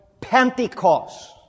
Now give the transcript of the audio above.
Pentecost